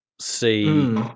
see